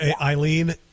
Eileen